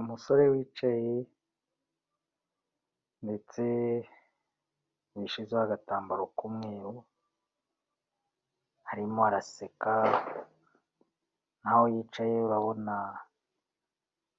Umusore wicaye ndetse wishizeho agatambaro k'umweru, arimo araseka, aho yicaye urabona